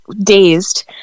dazed